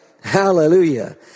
Hallelujah